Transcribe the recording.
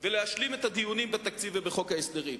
ולהשלים את הדיונים בתקציב ובחוק ההסדרים.